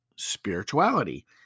spirituality